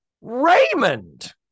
Raymond